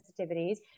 sensitivities